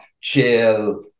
chill